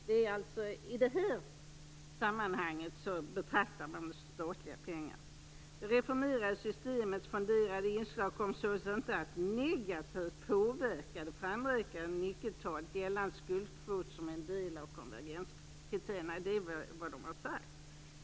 Det är alltså i detta sammanhang som man betraktar statliga pengar. Det reformerade systemets fonderade inslag kommer således inte att negativt påverka det framräknade nyckeltalet gällande skuldkvot som är en del av konvergenskriterierna. Det är vad man har sagt.